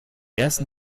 ersten